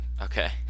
Okay